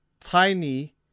Tiny